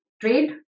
trade